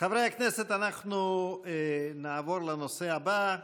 חברי הכנסת, אנחנו נעבור לנושא הבא,